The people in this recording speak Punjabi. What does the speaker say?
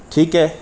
ਠੀਕ ਹੈ